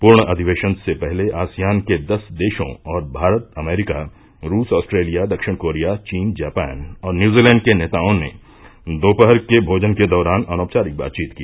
पूर्ण अधिवेशन से पहले आसियान के दस देशों और भारत अमरीका रूस ऑस्ट्रेलिया दक्षिण कोरिया चीन जापान और न्यूजीलैंड के नेताओं ने दोपहर के भोजन के दौरान अनौपचिारिक बातचीत की